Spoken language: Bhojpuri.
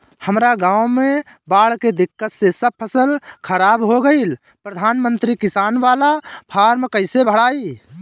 हमरा गांव मे बॉढ़ के दिक्कत से सब फसल खराब हो गईल प्रधानमंत्री किसान बाला फर्म कैसे भड़ाई?